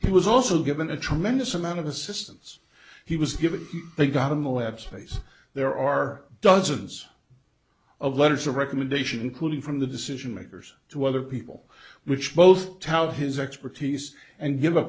he was also given a tremendous amount of assistance he was given they got in the lab space there are dozens of letters of recommendation clearly from the decision makers to other people which both tout his expertise and give a